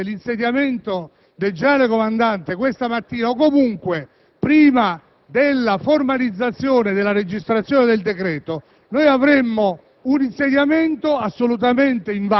ci fosse l'insediamento del Comandante generale questa mattina o comunque prima della formalizzazione della registrazione del decreto, tale